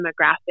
demographic